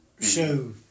show